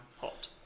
hot